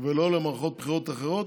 ולא למערכות בחירות אחרות.